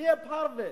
נהיה פרווה.